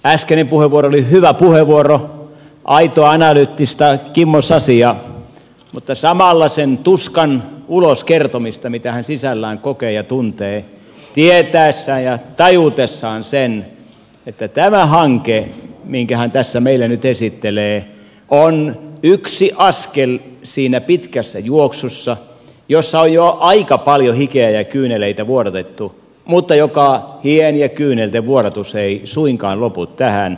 äskeinen puheenvuoro oli hyvä puheenvuoro aitoa analyyttistä kimmo sasia mutta samalla sen tuskan ulos kertomista mitä hän sisällään kokee ja tuntee tietäessään ja tajutessaan sen että tämä hanke minkä hän tässä meille nyt esittelee on yksi askel siinä pitkässä juoksussa jossa on jo aika paljon hikeä ja kyyneleitä vuodatettu mutta jossa hien ja kyynelten vuodatus ei suinkaan lopu tähän